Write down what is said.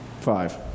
five